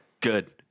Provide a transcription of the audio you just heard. good